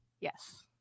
Yes